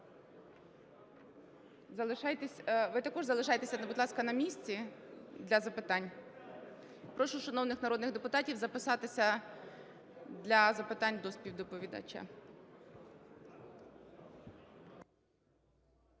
Ви також залишайтеся, будь ласка, на місці для запитань. Прошу шановних народних депутатів записатися для запитань до співдоповідача.